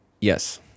Yes